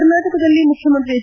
ಕರ್ನಾಟಕದಲ್ಲಿ ಮುಖ್ಚಮಂತ್ರಿ ಎಚ್